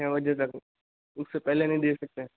छः बजे तक उसे पहले नहीं दे सकते